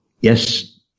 yes